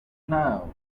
now